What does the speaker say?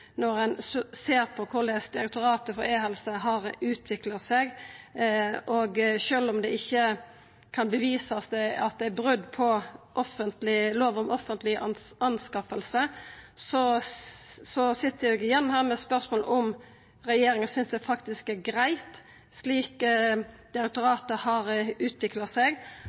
når ein ser på korleis Direktoratet for e-helse har utvikla seg. Sjølv om det viser seg at det ikkje er brot på lov om offentlige anskaffelser, sit eg igjen med spørsmål om regjeringa synest det faktisk er greitt slik direktoratet har utvikla seg